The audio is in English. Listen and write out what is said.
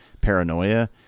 paranoia